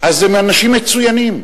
אז הם אנשים מצוינים,